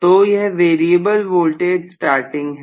तो यह variable voltage starting है